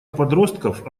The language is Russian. подростков